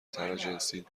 تراجنسی